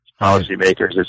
policymakers